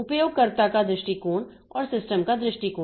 उपयोगकर्ता का दृष्टिकोण और सिस्टम का दृष्टिकोण